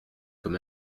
comme